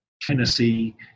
Tennessee